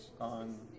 on